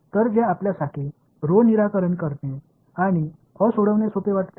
तर जे आपल्यासाठी निराकरण करणे किंवा अ सोडवणे सोपे वाटते